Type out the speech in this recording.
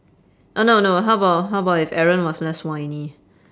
oh no no how about how about if eren was less whiny